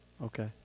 okay